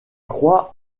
croix